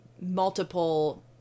multiple